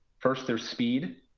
first there's speed.